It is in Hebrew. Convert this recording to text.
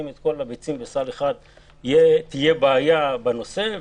את כל הביצים בסל אחד תהיה בעיה בנושא.